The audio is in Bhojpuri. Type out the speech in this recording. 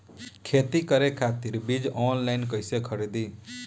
खेती करे खातिर बीज ऑनलाइन कइसे खरीदी?